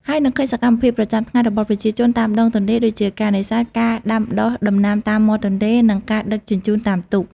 ហើយនឹងឃើញសកម្មភាពប្រចាំថ្ងៃរបស់ប្រជាជនតាមដងទន្លេ ដូចជាការនេសាទ ការដាំដុះដំណាំតាមមាត់ទន្លេ និងការដឹកជញ្ជូនតាមទូក។